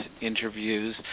interviews